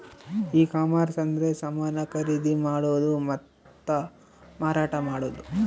e commerce ಅಂದ್ರೆ ಸಮಾನ ಖರೀದಿ ಮಾಡೋದು ಮತ್ತ ಮಾರಾಟ ಮಾಡೋದು